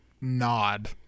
nod